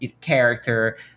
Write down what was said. character